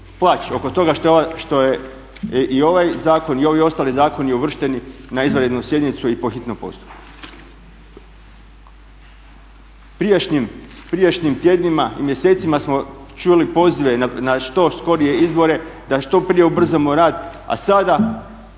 plač oko toga što je i ovaj zakon i ovi ostali zakoni uvršteni na izvanrednu sjednicu i po hitnom postupku. U prijašnjim tjednima i mjesecima smo čuli pozive na što skorije izbore da što prije ubrzamo rad, a sada